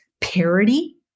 parity